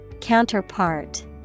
Counterpart